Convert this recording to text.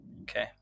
Okay